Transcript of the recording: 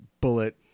bullet